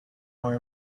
more